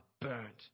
burnt